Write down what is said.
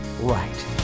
right